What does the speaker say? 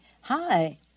Hi